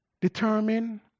Determine